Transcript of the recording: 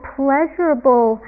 pleasurable